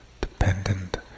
dependent